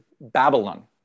Babylon